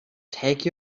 take